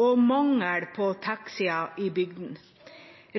og mangel på taxier i bygdene.